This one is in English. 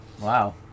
Wow